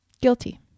guilty